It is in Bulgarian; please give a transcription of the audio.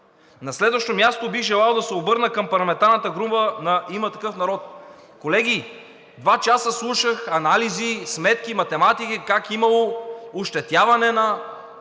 На следващо място, бих желал да се обърна към парламентарната група на „Има такъв народ“. Колеги, два часа слушах анализи и сметки, математики, как имало ощетяване на